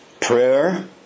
prayer